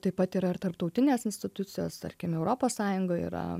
taip pat yra ir tarptautinės institucijos tarkim europos sąjungoj yra